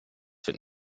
wird